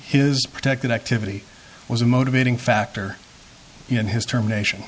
his protected activity was a motivating factor in his term nation